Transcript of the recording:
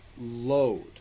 load